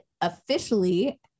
officially